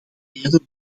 eerder